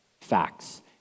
facts